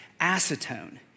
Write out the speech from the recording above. acetone